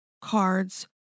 cards